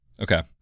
Okay